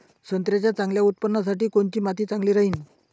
संत्र्याच्या चांगल्या उत्पन्नासाठी कोनची माती चांगली राहिनं?